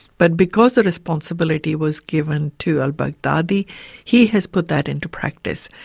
but because the responsibility was given to al-baghdadi he has put that into practice.